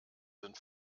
sind